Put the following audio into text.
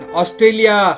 Australia